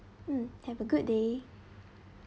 mm have a good day